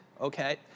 okay